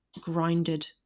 grinded